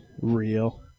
real